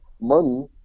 money